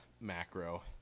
macro